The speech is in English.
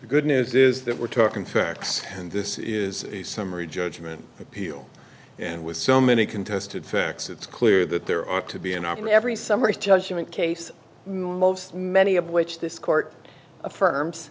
the good news is that we're talking facts and this is a summary judgment appeal and with so many contested facts it's clear that there ought to be an opera every summer a judgment case most many of which this court affirms